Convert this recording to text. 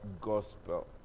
gospel